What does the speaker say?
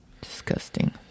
Disgusting